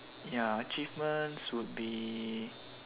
ya achievements would be